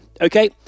Okay